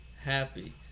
happy